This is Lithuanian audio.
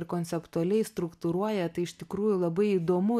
ir konceptualiai struktūruoja tai iš tikrųjų labai įdomu